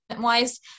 wise